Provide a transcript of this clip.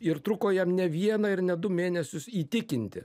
ir truko jam ne vieną ir ne du mėnesius įtikinti